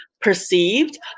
perceived